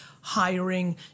hiring